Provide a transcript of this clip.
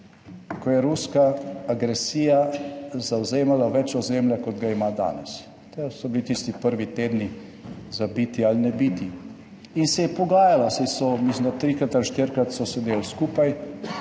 ko je ruska agresija zavzemala več ozemlja, kot ga ima danes, to so bili tisti prvi tedni za biti ali »nebiti« in se je pogajala, saj so, mislim, da trikrat ali štirikrat so sedeli skupaj,